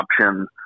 option